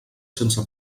sense